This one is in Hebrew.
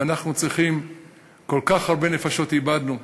ואנחנו צריכים כל כך הרבה נפשות איבדנו,